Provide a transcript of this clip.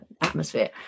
atmosphere